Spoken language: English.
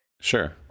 Sure